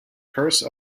curse